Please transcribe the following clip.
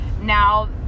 Now